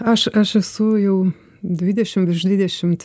aš aš esu jau dvidešimt virš dvidešimt